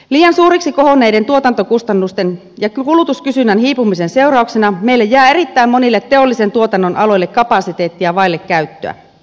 liian suuriksi kohonneiden tuotantokustannusten ja kulutuskysynnän hiipumisen seurauksena meillä jää erittäin monille teollisen tuotannon aloille kapasiteettia vaille käyttöä